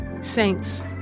Saints